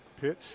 Pitch